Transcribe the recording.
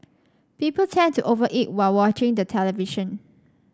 people tend to over eat while watching the television